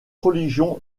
religion